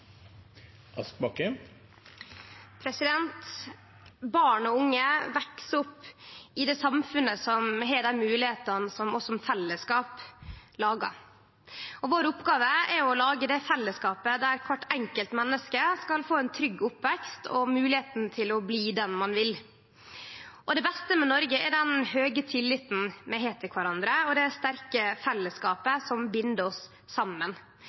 omme. Barn og unge veks opp i det samfunnet som har dei moglegheitene vi som fellesskap lagar. Oppgåva vår er å lage det fellesskapet der kvart enkelt menneske skal få ein trygg oppvekst og moglegheita til å bli den ein vil. Det beste med Noreg er den høge tilliten vi har til kvarandre, og det sterke fellesskapet som bind oss saman.